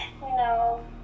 No